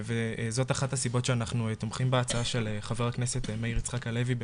וזאת אחת הסיבות שאנחנו תומכים בהצעה של חבר הכנסת מאיר יצחק הלוי,